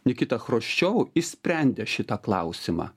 nikita chruščiovu išsprendė šitą klausimą